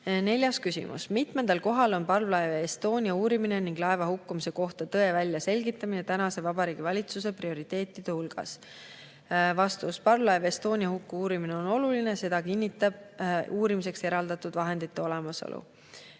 Neljas küsimus: "Mitmendal kohal on parvlaeva Estonia uurimine ning laeva hukkumise kohta tõe välja selgitamine tänase Vabariigi Valitsuse prioriteetide nimekirjas?" Vastus. Parvlaev Estonia huku uurimine on oluline, seda kinnitab uurimiseks eraldatud vahendite olemasolu.